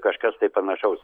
kažkas tai panašaus